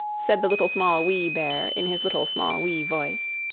said the little, small, wee bear, in his little, small, wee voice.